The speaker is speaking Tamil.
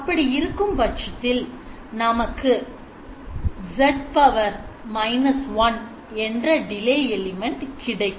அப்படி இருக்கும் பட்சத்தில் நமக்கு z −1 என்ற டிலே எலிமெண்ட் கிடைக்கும்